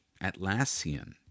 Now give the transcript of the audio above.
Atlassian